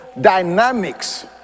dynamics